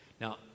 Now